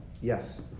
Yes